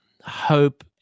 hope